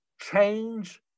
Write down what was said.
change